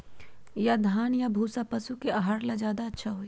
या धान के भूसा पशु के आहार ला अच्छा होई?